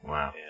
Wow